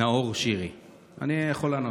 נאור שירי, אני יכול לענות.